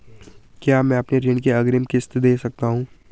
क्या मैं अपनी ऋण की अग्रिम किश्त दें सकता हूँ?